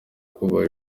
kuba